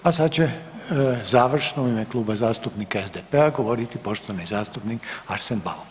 A sada će završno u ime Kluba zastupnika SDP-a govoriti poštovani zastupnik Arsen Bauk.